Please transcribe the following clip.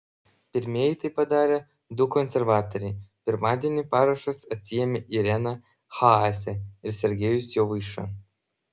pirmieji tai padarė du konservatoriai pirmadienį parašus atsiėmė irena haase ir sergejus jovaiša